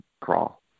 crawl